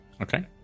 Okay